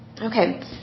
Okay